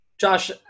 Josh